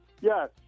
Yes